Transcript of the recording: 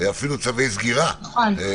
אפילו צווי סגירה -- נכון,